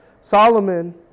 Solomon